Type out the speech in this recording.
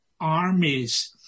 armies